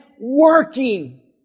working